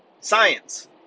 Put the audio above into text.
Science